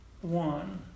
one